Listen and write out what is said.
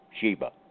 Sheba